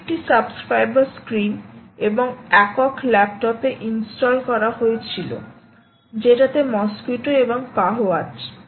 এটা একটি subscriber screen এবং একক ল্যাপটপ এ ইনস্টল করা হয়েছিল যেটাতে মসকুইটো এবং PAHO আছে